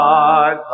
God